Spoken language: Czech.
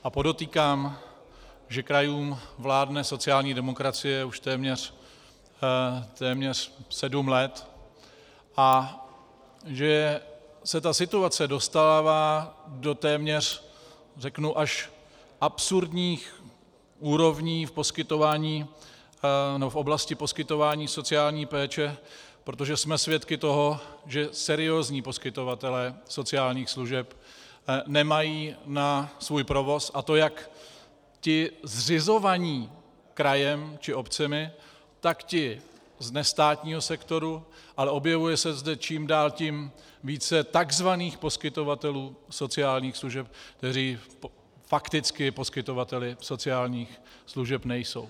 A podotýkám, že krajům vládne sociální demokracie už téměř sedm let a že se ta situace dostává do téměř až absurdních úrovní v oblasti poskytování sociální péče, protože jsme svědky toho, že seriózní poskytovatelé sociálních služeb nemají na svůj provoz, a to jak ti zřizovaní krajem či obcemi, tak ti z nestátního sektoru, ale objevuje se zde čím dál tím více tzv. poskytovatelů sociálních služeb, kteří fakticky poskytovateli sociálních služeb nejsou.